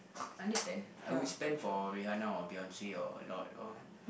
I understand I would spend for Rihanna or Beyonce or Lorde or